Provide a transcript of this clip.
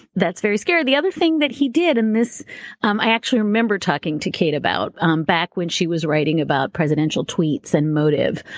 that's very scary. the other thing that he did, and this um i actually remember talking to kate about um back when she was writing about presidential tweets and motive.